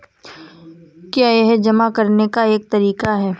क्या यह जमा करने का एक तरीका है?